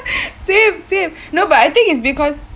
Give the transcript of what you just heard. same same no but I think is because